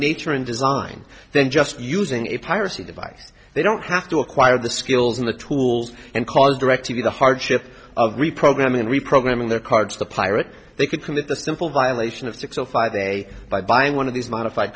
and design then just using a piracy device they don't have to acquire the skills in the tools and cause directv the hardship of reprogramming reprogramming their cards the pirate they could commit the simple violation of six or five a by buying one of these modif